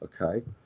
Okay